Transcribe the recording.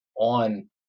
on